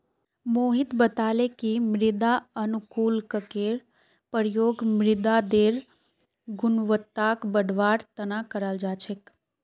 मोहित बताले कि मृदा अनुकूलककेर प्रयोग मृदारेर गुणवत्ताक बढ़वार तना कराल जा छेक